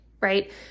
right